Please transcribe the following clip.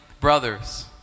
brothers